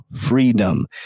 freedom